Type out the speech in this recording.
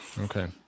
Okay